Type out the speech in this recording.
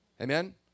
Amen